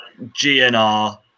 GNR